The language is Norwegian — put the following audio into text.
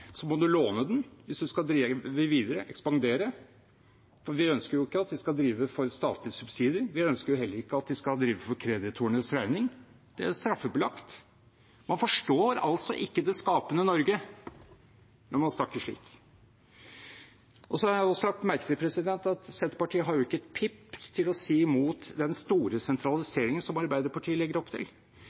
så må man låne den hvis en skal drive videre og ekspandere, for vi ønsker jo ikke at de skal drive for statlige subsidier. Vi ønsker heller ikke at de skal drive for kreditorenes regning. Det er straffebelagt. Man forstår altså ikke det skapende Norge når man snakker slik. Så har jeg også lagt merke til at Senterpartiet ikke har et pip å si imot den store sentraliseringen som Arbeiderpartiet legger opp til.